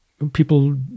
People